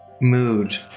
mood